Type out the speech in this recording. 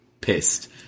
pissed